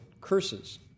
curses